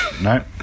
No